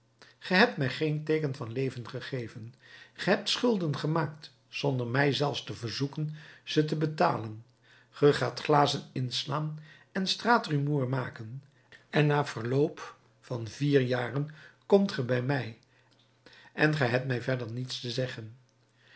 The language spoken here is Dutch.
ge hebt mij geen teeken van leven gegeven ge hebt schulden gemaakt zonder mij zelfs te verzoeken ze te betalen ge gaat glazen inslaan en straatrumoer maken en na verloop van vier jaren komt ge bij mij en gij hebt mij verder niets te zeggen